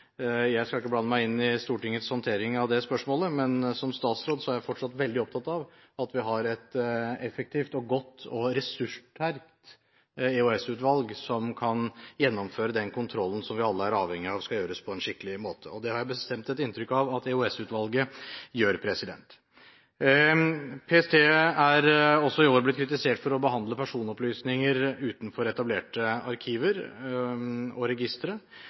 Jeg skal ikke blande meg inn i Stortingets håndtering av det spørsmålet, men som statsråd er jeg fortsatt veldig opptatt av at vi har et effektivt, godt og ressurssterkt EOS-utvalg, som kan gjennomføre den kontrollen som vi alle er avhengig av at skal gjøres på en skikkelig måte. Det har jeg bestemt et inntrykk av at EOS-utvalget gjør. PST er også i år blitt kritisert for å behandle personopplysninger utenfor etablerte arkiver og